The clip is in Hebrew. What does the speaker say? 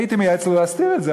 הייתי מייעץ לו להסתיר את זה,